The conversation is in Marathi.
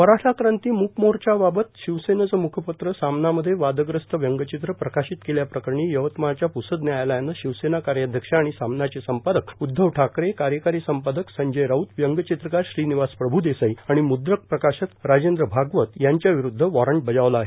मराठा क्रान्ती मूक मोर्चा बाबत शिवसेनेचे मुखपत्र सामनामध्ये वादग्रस्त व्यंगचित्र प्रकाशित केल्याप्रकरणी यवतमाळच्या पुसद न्यायालयानं शिवसेना कार्याध्यक्ष आणि सामनाचे संपादक उद्वव ठाकरे कार्यकारी संपादक संजय राऊत व्यंगचित्रकार श्रीनिवास प्रभूदेसाई आणि मुद्रक प्रकाशक राजेंद्र भागवत यांच्याविरुद्ध वॉरंट बजावला आहे